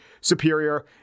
superior